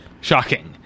shocking